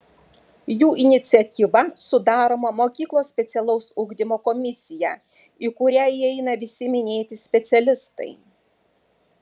jų iniciatyva sudaroma mokyklos specialaus ugdymo komisija į kurią įeina visi minėti specialistai